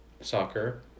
soccer